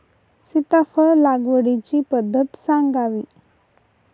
सीताफळ लागवडीची पद्धत सांगावी?